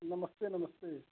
नमस्ते नमस्ते